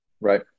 right